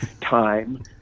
time